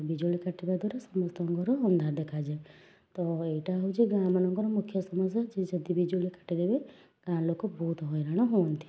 ବିଜୁଳି କାଟିବା ଦ୍ୱାରା ସମସ୍ତଙ୍କ ଘର ଅନ୍ଧାର ଦେଖାଯାଏ ତ ଏଇଟା ହେଉଛି ଗାଁ ମାନଙ୍କର ମୁଖ୍ୟ ସମସ୍ୟା ସିଏ ଯଦି ବିଜୁଳି କାଟିଦେବେ ଗାଁ ଲୋକ ବହୁତ ହଇରାଣ ହୁଅନ୍ତି